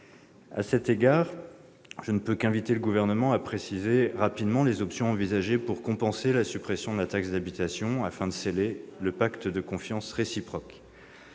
À cet égard, je ne peux qu'inviter le Gouvernement à préciser rapidement les options envisagées pour compenser la suppression de la taxe d'habitation, afin de sceller le pacte de confiance réciproque.